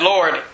Lord